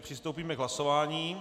Přistoupíme k hlasování.